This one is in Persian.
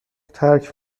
ترک